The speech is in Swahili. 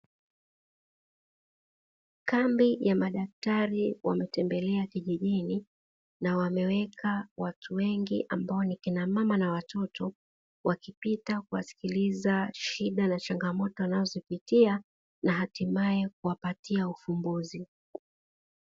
Kambi ya madaktari wametembelea kijijini, na wameweka watu wengi ambao ni kina mama na watoto, wakipita kuwasikiliza shida na changamoto wanazo zipitia na hatimae kuwapatia ufumbuzi.